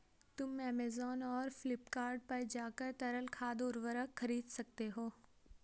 तुम ऐमेज़ॉन और फ्लिपकार्ट पर जाकर तरल खाद उर्वरक खरीद सकते हो